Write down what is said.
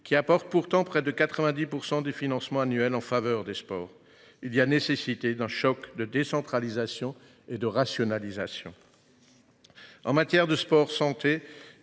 qui apportent pourtant près de 90 % des financements annuels en faveur des sports ? Nous avons besoin d’un choc de décentralisation et de rationalisation. En matière de sport santé,